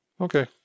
Okay